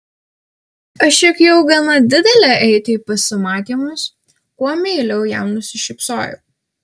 aš juk jau gana didelė eiti į pasimatymus kuo meiliau jam nusišypsojau